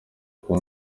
kuba